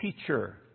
teacher